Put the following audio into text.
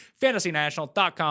fantasynational.com